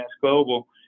Global